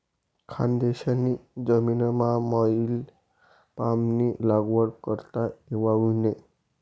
खानदेशनी जमीनमाऑईल पामनी लागवड करता येवावू नै